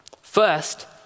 first